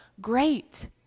great